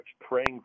praying